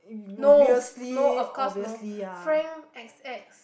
no no of course no Frank ex ex